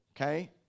Okay